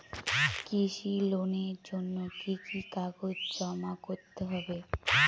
কৃষি লোনের জন্য কি কি কাগজ জমা করতে হবে?